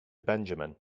benjamin